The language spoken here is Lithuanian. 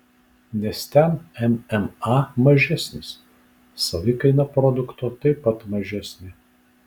nes ten mma mažesnis savikaina produkto taip pat mažesnė